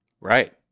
right